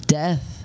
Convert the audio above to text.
death